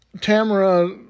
Tamara